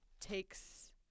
takes